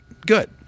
good